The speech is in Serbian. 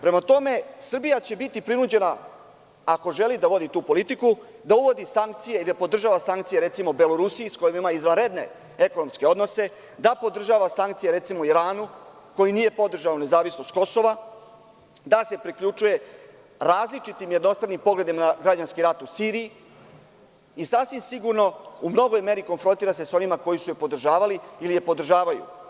Prema tome, Srbija će biti prinuđena, ako želi da vodi tu politiku, da uvodi sankcije i da podržava sankcije recimo Belorusiji, sa kojom ima izvanredne ekonomske odnose, da podržava sankcije Iranu, koji nije podržao nezavisnost Kosova, da se priključuje različitim jednostranim pogledima na građanski rat u Siriji i sasvim sigurno da se u velikoj meri konfrontira sa onima koji su je podržavali ili je podržavaju.